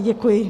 Děkuji.